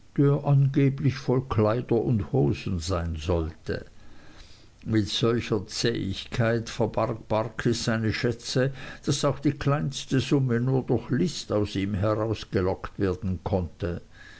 angeblich voll kleider und hosen sein sollte mit solcher zähigkeit verbarg barkis seine schätze daß auch die kleinste summe nur durch list aus ihm herausgelockt werden konnte